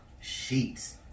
sheets